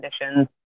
conditions